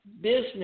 business